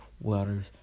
waters